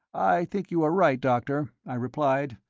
i think you are right, doctor, i replied,